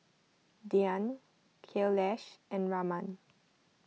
Dhyan Kailash and Raman